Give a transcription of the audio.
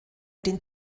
den